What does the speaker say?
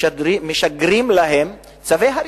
משגרים להם צווי הריסה.